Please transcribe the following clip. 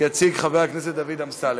יציג חבר הכנסת דוד אמסלם.